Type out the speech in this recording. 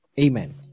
amen